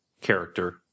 character